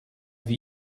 wie